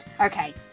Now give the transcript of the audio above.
Okay